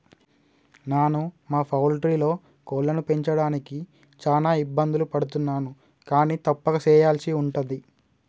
నాను మా పౌల్ట్రీలో కోళ్లను పెంచడానికి చాన ఇబ్బందులు పడుతున్నాను కానీ తప్పక సెయ్యల్సి ఉంటది